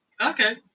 Okay